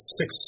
six